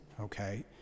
okay